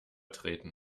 treten